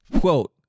quote